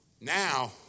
Now